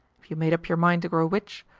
if you made up your mind to grow rich,